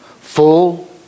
full